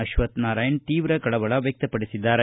ಅಶ್ವಕ್ತನಾರಾಯಣ ತೀವ್ರ ಕಳವಳ ವ್ಯಕ್ತಪಡಿಸಿದ್ದಾರೆ